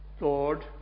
Lord